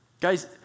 Guys